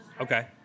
Okay